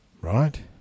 right